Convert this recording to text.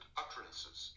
utterances